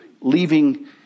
leaving